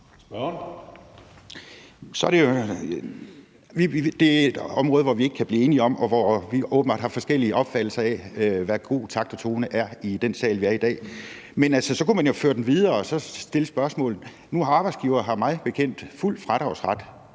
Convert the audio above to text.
Det er et område, hvor ikke kan blive enige, og hvor vi åbenbart har forskellige opfattelser af, hvad god takt og tone er i den sal, vi er i i dag. Men så kunne man jo føre det videre og stille spørgsmålet: Nu har arbejdsgivere mig bekendt fuld fradragsret